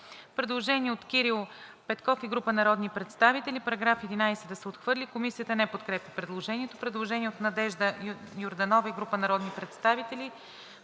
Предложение от Кирил Петков и група народни представители: „§ 18 да се отхвърли.“ Комисията не подкрепя предложението. Предложение от Надежда Йорданова и група народни представители: